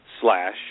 slash